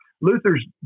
Luther's